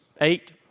eight